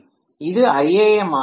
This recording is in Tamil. இது iam ஆக இருக்கும்